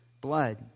blood